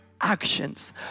actions